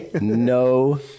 No